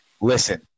Listen